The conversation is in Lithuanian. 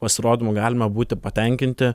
pasirodymu galime būti patenkinti